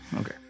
Okay